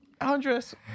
Andres